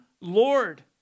Lord